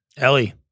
Ellie